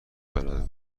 بلد